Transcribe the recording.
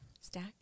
stack